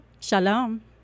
shalom